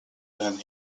than